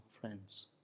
friends